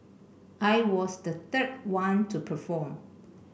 I was the third one to perform